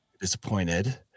Disappointed